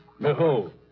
Behold